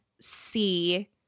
see